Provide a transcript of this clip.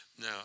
now